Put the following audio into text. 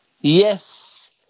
Yes